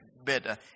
Better